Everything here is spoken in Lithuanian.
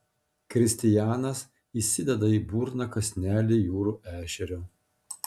kristijanas įsideda į burną kąsnelį jūrų ešerio